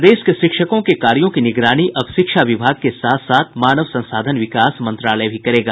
प्रदेश के शिक्षकों के कार्यों की निगरानी अब शिक्षा विभाग के साथ साथ मानव संसाधन विकास मंत्रालय भी करेगा